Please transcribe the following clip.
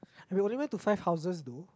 and we only went to five houses though